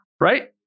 Right